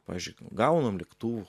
pavyzdžiui gaunam lėktuvų